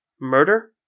Murder